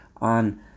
on